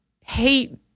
hate